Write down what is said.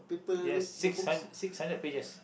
yes six hun~ six hundred pages